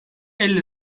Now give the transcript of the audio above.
elle